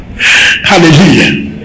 Hallelujah